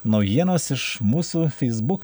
naujienos iš mūsų feisbuk